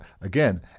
Again